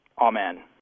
Amen